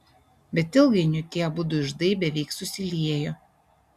bet ilgainiui tie abudu iždai beveik susiliejo